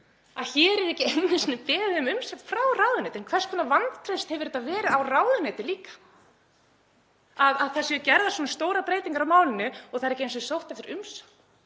að hér er ekki einu sinni beðið um umsögn frá ráðuneytinu. Hvers konar vantraust hefur þetta verið á ráðuneytið líka, að það séu gerðar svona stórar breytingar á málinu og það er ekki einu sinni sóst eftir umsögn,